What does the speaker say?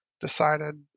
decided